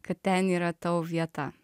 kad ten yra tau vieta